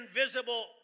invisible